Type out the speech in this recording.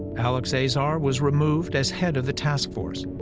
alex azar was removed as head of the task force.